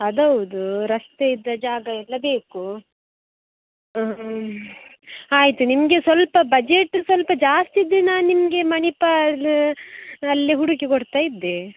ಅದು ಹೌದು ರಸ್ತೆ ಇದ್ದ ಜಾಗ ಎಲ್ಲ ಬೇಕು ಆಯಿತು ನಿಮಗೆ ಸ್ವಲ್ಪ ಬಜೆಟ್ ಸ್ವಲ್ಪ ಜಾಸ್ತಿ ಇದ್ದರೆ ನಾನು ನಿಮಗೆ ಮಣಿಪಾಲ ಅಲ್ಲೇ ಹುಡುಕಿ ಕೊಡ್ತಾಯಿದ್ದೆ